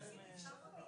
באים אליו ליהנות מהטבע